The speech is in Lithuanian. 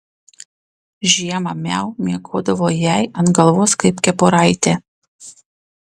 žiemą miau miegodavo jai ant galvos kaip kepuraitė